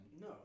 No